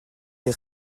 les